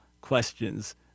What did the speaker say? questions